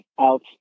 out